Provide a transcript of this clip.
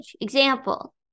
Example